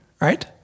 Right